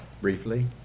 briefly